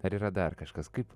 ar yra dar kažkas kaip